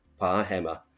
Parhammer